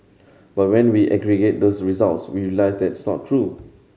but when we aggregate those results we realise that's not true